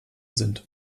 sind